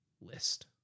list